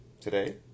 Today